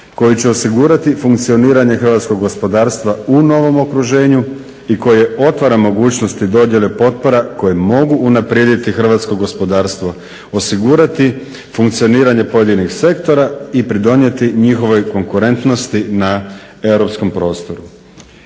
koji će osigurati funkcioniranje hrvatskog gospodarstva u novom okruženju i koje otvara mogućnosti dodjele potpora koje mogu unaprijediti hrvatsko gospodarstvo, osigurati funkcioniranje pojedinih sektora i pridonijeti njihovoj konkurentnosti na europskom prostoru.